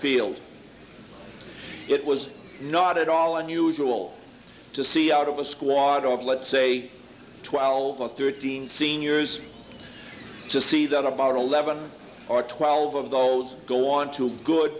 field it was not at all unusual to see out of a squad of let's say twelve or thirteen seniors to see that about eleven or twelve of those go on to a good